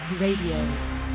Radio